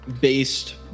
based